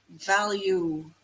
value